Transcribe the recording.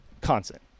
Constant